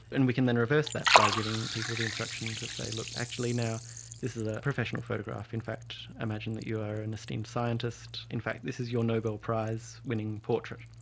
and we can then reverse that by giving people the instruction to say, look, actually now is a professional photograph. in fact, imagine that you are an esteemed scientist, in fact this is your nobel prize-winning portrait,